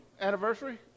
Anniversary